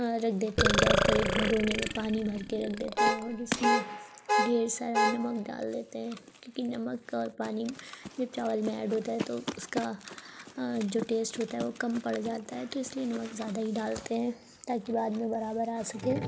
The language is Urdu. رکھ دیتے ہیں گیس پر ایک بگونے میں پانی بھر کے رکھ دیتے ہیں اور اس میں ڈھیر سارا نمک ڈال دیتے ہیں کیونکہ نمک کا اور پانی جب چاول میں ایڈ ہوتا ہے تو اس کا جو ٹیسٹ ہوتا ہے وہ کم پڑ جاتا ہے تو اس لیے نمک زیادہ ہی ڈالتے ہیں تاکہ بعد میں برابر آ سکے